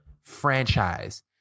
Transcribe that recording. franchise